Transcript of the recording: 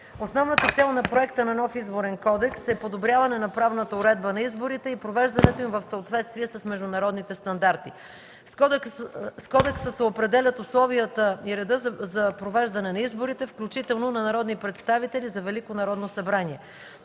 Основната цел на проекта на нов Изборен кодекс е подобряване на правната уредба на изборите и провеждането им в съответствие с международните стандарти. С кодекса се определят условията и редът за провеждане на изборите, включително за народни представители за Велико Народно събрание.